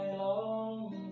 long